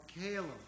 Caleb